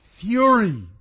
fury